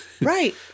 right